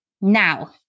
Now